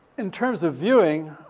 in terms of viewing,